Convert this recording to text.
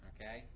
Okay